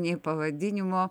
nei pavadinimo